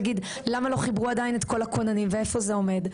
נגיד למה לא חיברו עדיין את כל הכוננים ואיפה זה עומד?